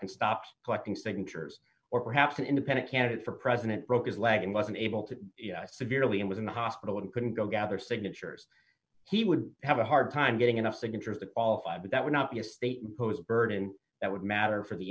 and stops collecting signatures or perhaps an independent candidate for president broke his leg and was unable to severely and was in the hospital and couldn't go gather signatures he would have a hard time getting enough signatures that qualify but that would not be a state pose a burden that would matter for the